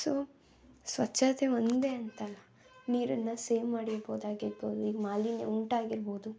so ಸ್ವಚ್ಛತೆ ಒಂದೇ ಅಂತ ಅಲ್ಲ ನೀರನ್ನು ಸೇವ್ ಮಾಡಿಡ್ಬೋದು ಆಗಿರ್ಬೋದು ಈಗ ಮಾಲಿನ್ಯ ಉಂಟಾಗಿರ್ಬೋದು